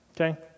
Okay